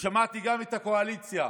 ושמעתי גם את הקואליציה: